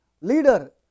leader